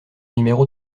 numéro